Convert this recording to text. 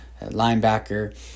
linebacker